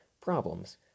problems